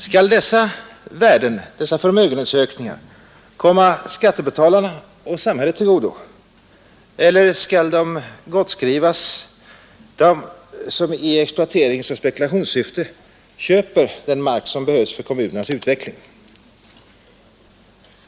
Skall dessa värden, dessa förmögenhetsökningar, komma skattebetalarna och samhället till godo, eller skall de gottskrivas dem som i exploateringsoch spekulationssyfte köper den mark som behövs för kommunernas utveckling?